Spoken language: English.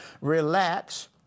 relax